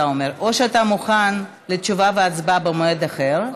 אתה אומר שאתה מוכן לתשובה והצבעה במועד אחר,